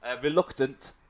reluctant